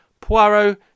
Poirot